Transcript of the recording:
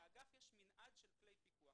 לאגף יש מנעד רחב של כלי פיקוח.